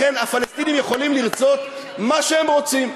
לכן, הפלסטינים יכולים לרצות מה שהם רוצים.